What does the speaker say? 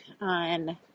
on